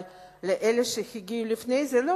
אבל היא לא משלמת לאלה שהגיעו לפני כן.